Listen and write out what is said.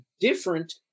different